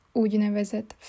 úgynevezett